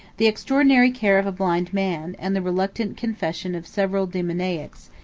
the extraordinary cure of a blind man, and the reluctant confessions of several daemoniacs,